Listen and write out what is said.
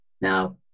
Now